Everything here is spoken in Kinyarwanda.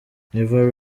never